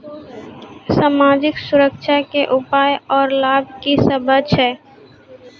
समाजिक सुरक्षा के उपाय आर लाभ की सभ छै?